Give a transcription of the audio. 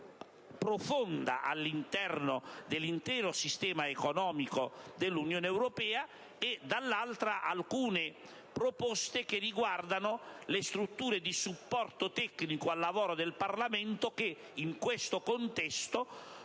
profonda, all'interno dell'intero sistema economico dell'Unione europea; per altro verso, alcune proposte che riguardano le strutture di supporto tecnico al lavoro del Parlamento, che in questo contesto